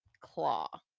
claw